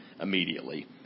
immediately